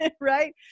right